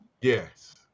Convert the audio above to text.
Yes